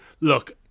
Look